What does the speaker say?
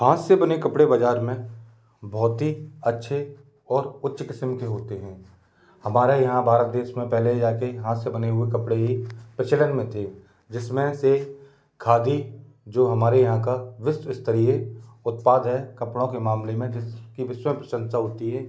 हाथ से बने कपड़े बज़ार में बहुत ही अच्छे और उच्च क़िस्म के होते हैं हमारे यहाँ भारत देश में पहले जा के हाथ से बने हुए कपड़े ही प्रचलन में थे जिस में से खादी जो हमारे यहाँ का विश्व स्तरिय उत्पाद है कपड़ों के मामले में जिस कि विश्व प्रसंसा होती है